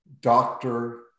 doctor